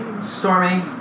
Stormy